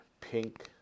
pink